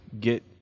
get